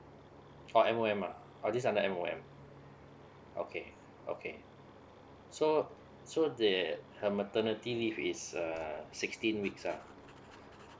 oh M_O_M ah all these under M_O_M okay okay so so the maternity leave is err sixteen weeks ah